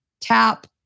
tap